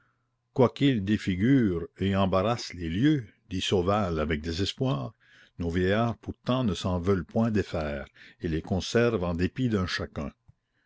quoiqu'ils défigurent et embarrassent les lieux dit sauval avec désespoir nos vieillards pourtant ne s'en veulent point défaire et les conservent en dépit d'un chacun